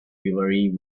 rivalry